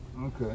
Okay